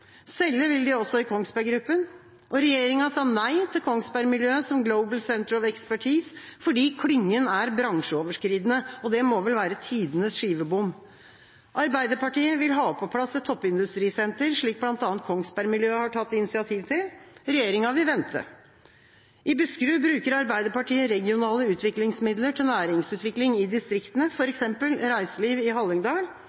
regjeringa vil selge. Selge vil de også i Kongsberg Gruppen. Regjeringa sa nei til Kongsberg-miljøet som Global Centre of Expertise fordi klyngen er bransjeoverskridende. Det må vel være tidenes skivebom. Arbeiderpartiet vil ha på plass et toppindustrisenter, slik bl.a. Kongsberg-miljøet har tatt initiativ til. Regjeringa vil vente. I Buskerud bruker Arbeiderpartiet regionale utviklingsmidler til næringsutvikling i